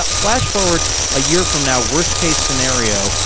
ah flash forward a year from now, worst case scenario,